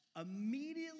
Immediately